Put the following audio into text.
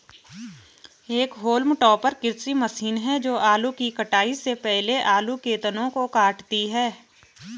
एक haulm topper कृषि machine है जो आलू की कटाई से पहले आलू के तनों को काटती है